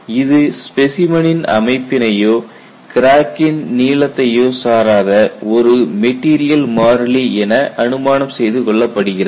இது ஸ்பெசிமனின் அமைப்பினையோ கிராக்கின் நீளத்தையோ சாராத ஒரு மெட்டீரியல் மாறிலி என அனுமானம் செய்து கொள்ளப்படுகிறது